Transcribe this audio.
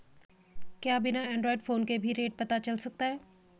क्या बिना Android phone के भी रेट पता चल सकता है?